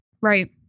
Right